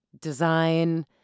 design